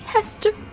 Hester